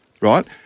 Right